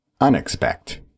unexpect